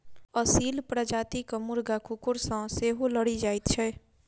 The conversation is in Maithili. असील प्रजातिक मुर्गा कुकुर सॅ सेहो लड़ि जाइत छै